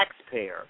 taxpayer